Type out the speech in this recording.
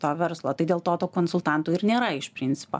to verslo tai dėl to tų konsultantų ir nėra iš principo